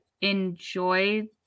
enjoy